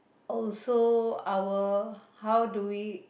also our how do we